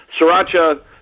sriracha